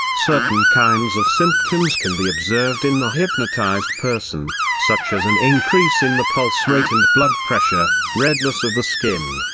certain kinds of symptoms can be observed in the hypnotized person, such as an increase in the pulse rate and blood pressure, redness of the skin,